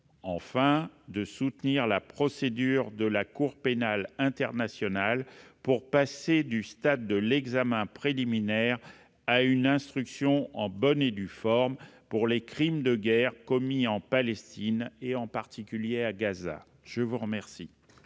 enfin, à soutenir la procureur de la Cour pénale internationale, pour passer du stade de l'examen préliminaire à une instruction en bonne et due forme pour les crimes de guerre commis en Palestine, en particulier à Gaza. La parole